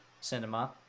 cinema